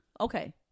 Okay